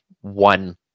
one